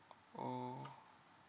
orh